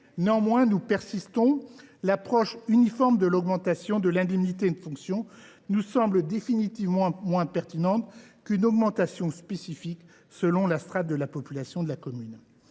Néanmoins, nous persistons : l’approche uniforme de l’augmentation de l’indemnité de fonction nous semble définitivement moins pertinente qu’une augmentation spécifique, en fonction de la strate de population de la commune.